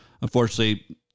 Unfortunately